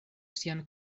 sian